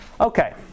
Okay